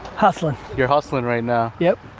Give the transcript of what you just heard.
hustling. you're hustling right now. yeah